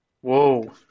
Whoa